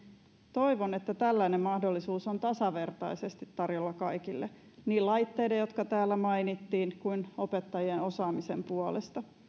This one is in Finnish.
toivon että tällainen mahdollisuus on tasavertaisesti tarjolla kaikille niin laitteiden jotka täällä mainittiin kuin opettajien osaamisen puolesta